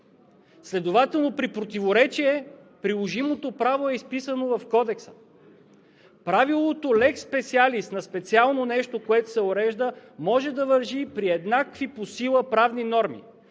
Следователно при противоречие приложимото право е изписано в кодекса. Правилото lex specialis – на специално нещо, което се урежда, може да важи и при еднакви по сила правни норми.